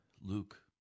Luke